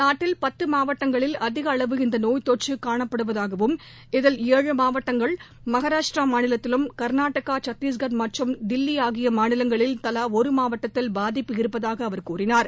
நாட்டில் பத்து மாவட்டங்களில் அதிக அளவு இந்த நோய் தொற்று காணப்படுவதாகவும் இதில் ஏழு மாவட்டங்கள் மகாராஷ்டிரா மாநிலத்திலும் கர்நாடகா சத்திஷ்கர் மற்றும் தில்லி ஆகிய மாநிலங்களில் தலா ஒரு மாவட்டத்தில் பாதிப்பு இருப்பதாக அவர் கூறினார்